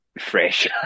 fresh